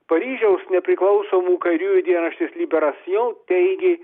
paryžiaus nepriklausomų kairiųjų dienraštis liberasjon teigė